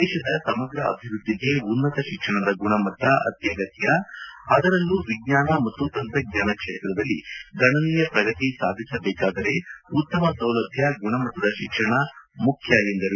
ದೇಶದ ಸಮಗ್ರ ಅಭಿವೃದ್ದಿಗೆ ಉನ್ನತ ಶಿಕ್ಷಣದ ಗುಣಮಟ್ಟ ಅತ್ಯಗತ್ಯ ಅದರಲ್ಲೂ ವಿಜ್ಞಾನ ಮತ್ತು ತಂತ್ರಜ್ಞಾನ ಕ್ಷೇತ್ರದಲ್ಲಿ ಗಣನೀಯ ಪ್ರಗತಿ ಸಾಧಿಸಬೇಕಾದರೆ ಉತ್ತಮ ಸೌಲಭ್ಯ ಗುಣಮಟ್ಟದ ಶಿಕ್ಷಣ ಮುಖ್ಯ ಎಂದರು